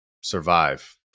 survive